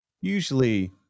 usually